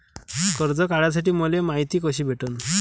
कर्ज काढासाठी मले मायती कशी भेटन?